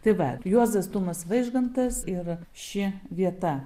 tai va juozas tumas vaižgantas ir ši vieta